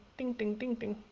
ding ding ding ding.